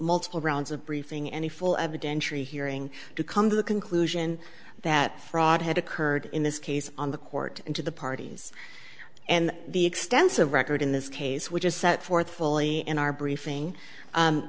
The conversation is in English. multiple rounds of briefing and a full evidentiary hearing to come to the conclusion that fraud had occurred in this case on the court and to the parties and the extensive record in this case which is set forth fully in our briefing